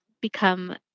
become